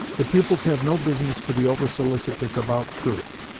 the pupils have no business to be over-solicitous about proof.